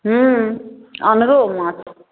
ह्म्म अन्हरो माछ